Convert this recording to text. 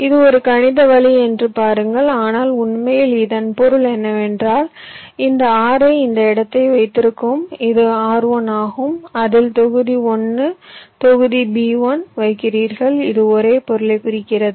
இது ஒரு கணித வழி என்று பாருங்கள் ஆனால் உண்மையில் இதன் பொருள் என்னவென்றால் இந்த Ri இந்த இடத்தை வைத்திருக்கும் இது R1 ஆகும் அதில் தொகுதி 1 தொகுதி B1 வைக்கிறீர்கள் இது ஒரே பொருளைக் குறிக்கிறது